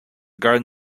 garden